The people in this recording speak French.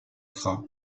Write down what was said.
gras